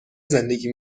زندگی